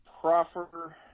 proffer